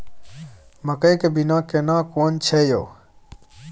मकई के बिया केना कोन छै यो?